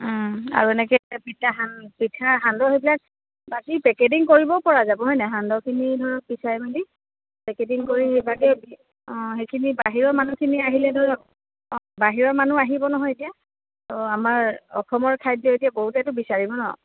আৰু এনেকে পিঠা পিঠা পিঠা সান্দহ সেইবিলাক বাকী পেকেটিং কৰিবও পৰা যাব হয় নে নাই সান্দহখিনি ধৰক পিচাই মেলি পেকেটিং কৰি বাকী অঁ সেইখিনি বাহিৰৰ মানুহখিনি আহিলে ধৰক অঁ বাহিৰৰ মানুহ আহিব নহয় এতিয়া আমাৰ অসমৰ খাদ্য এতিয়া বহুতেতো বিচাৰিব ন